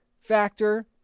factor